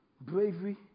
bravery